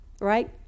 right